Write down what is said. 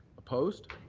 opposed?